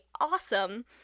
awesome